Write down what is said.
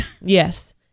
Yes